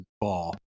ball